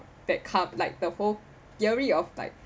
that cup like the whole theory of like